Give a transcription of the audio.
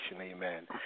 Amen